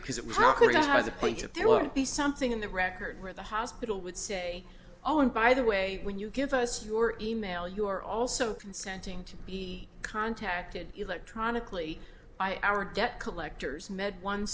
there would be something in the record where the hospital would say oh and by the way when you give us your e mail you are also consenting to be contacted electronically by our debt collectors med one